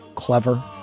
clever